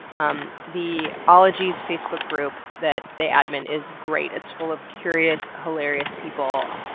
um the ologies facebook group that they admin is great. it's full of curious, hilarious people,